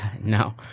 No